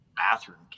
bathroom